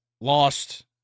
lost